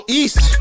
east